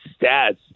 stats